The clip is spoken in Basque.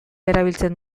erabiltzen